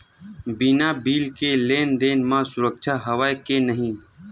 बिना बिल के लेन देन म सुरक्षा हवय के नहीं?